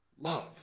love